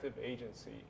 Agency